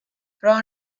راه